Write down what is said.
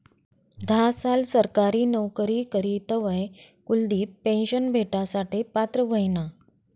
धा साल सरकारी नवकरी करी तवय कुलदिप पेन्शन भेटासाठे पात्र व्हयना